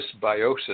dysbiosis